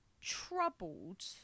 troubled